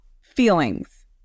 feelings